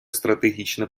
стратегічне